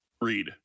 Read